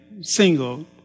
single